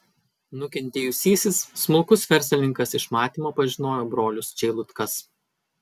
nukentėjusysis smulkus verslininkas iš matymo pažinojo brolius čeilutkas